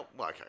okay